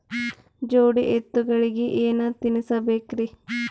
ಜೋಡಿ ಎತ್ತಗಳಿಗಿ ಏನ ತಿನಸಬೇಕ್ರಿ?